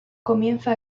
comienza